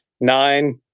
Nine